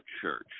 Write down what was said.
church